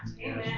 Amen